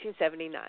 1979